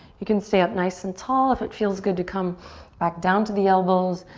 you can stay up nice and tall. if it feels good to come back down to the elbows,